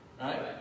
Right